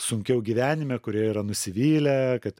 sunkiau gyvenime kurie yra nusivylę kad